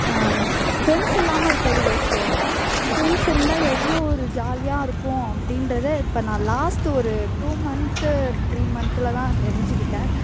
friends இல்லாமல் இருக்கிறது waste தான் ஃப்ரெண்ட்ஸ் இருந்தால் எவ்வளோ ஒரு ஜாலியாக இருக்கும் அப்படின்றத இப்போ நான் லாஸ்ட்டு ஒரு டூ மன்த்து த்ரீ மன்த்தில் தான் தெரிஞ்சுக்கிட்டேன்